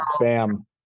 bam